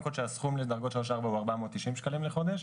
כל שהסכום לדרגות 3 ו-4 הוא 490 שקלים לחודש,